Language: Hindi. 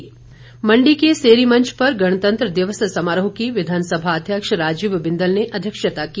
मंडी समारोह मंडी के सेरी मंच पर गणतंत्र दिवस समारोह की विधानसभा अध्यक्ष राजीव बिंदल ने अध्यक्षता की